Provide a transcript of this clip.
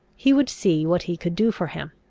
he would see what he could do for him.